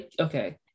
Okay